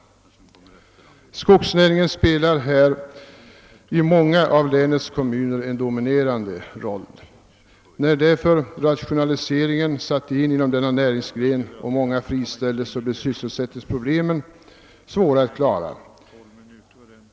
Skogsnäringen spelar i många av länets kommuner en dominerande roll. När därför rationaliseringen satte in i denna näringsgren och många friställdes blev sysselsättningsproblemen svåra att klara.